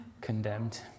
condemned